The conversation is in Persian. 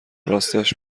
راستش